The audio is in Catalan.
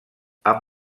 amb